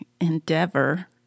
endeavor